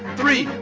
three,